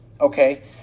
Okay